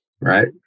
right